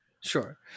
Sure